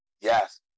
Yes